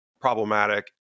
problematic